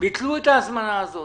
ביטלו את ההזמנה הזאת.